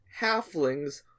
halflings